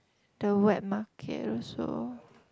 the wet market also